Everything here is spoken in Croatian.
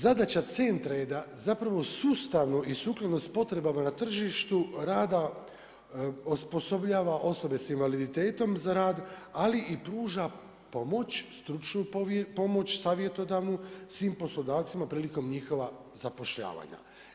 Zadaća centra je da sustavno i sukladno s potrebama na tržištu rada osposobljava osobe s invaliditetom za rad, ali i pruža pomoć, stručnu pomoć, savjetodavnu svim poslodavcima prilikom njihova zapošljavanja.